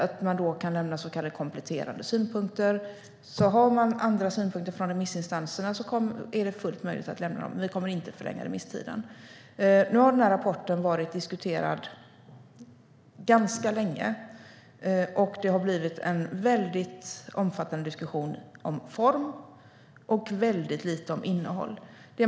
Då kan man lämna så kallade kompletterande synpunkter. Om remissinstanserna har andra synpunkter är det fullt möjligt att lämna dem, men vi kommer inte att förlänga remisstiden. Nu har rapporten varit diskuterad länge, och det har blivit en omfattande diskussion om form men väldigt lite om innehåll.